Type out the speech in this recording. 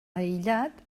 aïllat